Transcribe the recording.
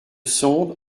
sonde